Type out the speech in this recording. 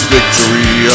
Victory